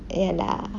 ya lah